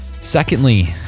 Secondly